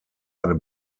eine